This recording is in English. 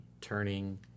turning